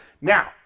now